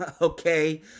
okay